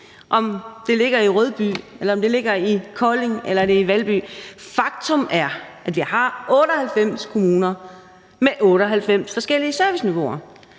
om det ligger i Kolding eller i Valby. Faktum er, at vi har 98 kommuner med 98 forskellige serviceniveauer.